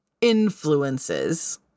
influences